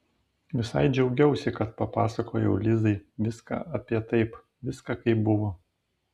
visai džiaugiausi kad papasakojau lizai viską apie taip viską kaip buvo